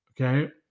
Okay